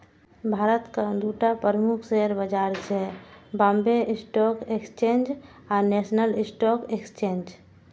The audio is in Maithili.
भारतक दूटा प्रमुख शेयर बाजार छै, बांबे स्टॉक एक्सचेंज आ नेशनल स्टॉक एक्सचेंज